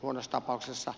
unustapauksissa